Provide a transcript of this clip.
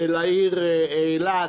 של העיר אילת,